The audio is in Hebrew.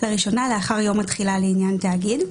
לראשונה לאחר יום התחילה לעניין תאגיד,".